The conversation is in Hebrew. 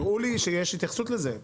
הראו לי שיש התייחסות לזה,